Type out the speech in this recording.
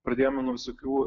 pradėjome nuo visokių